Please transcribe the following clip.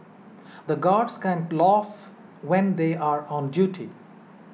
the guards can't laugh when they are on duty